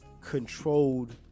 controlled